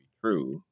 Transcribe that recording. true